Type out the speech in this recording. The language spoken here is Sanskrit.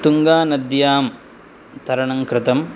तुङ्गानद्यां तरणङ्कृतं